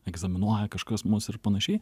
egzaminuoja kažkas mus ir panašiai